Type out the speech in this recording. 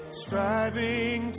striving